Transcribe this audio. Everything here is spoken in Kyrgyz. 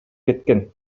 кеткен